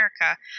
America